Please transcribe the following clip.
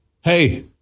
hey